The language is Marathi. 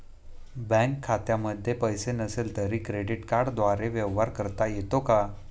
बँक खात्यामध्ये पैसे नसले तरी क्रेडिट कार्डद्वारे व्यवहार करता येतो का?